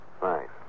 thanks